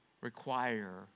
require